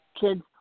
kids